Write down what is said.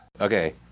Okay